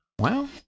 Wow